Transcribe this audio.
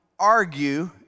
argue